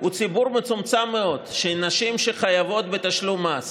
הוא ציבור מצומצם מאוד של נשים שחייבות בתשלום מס,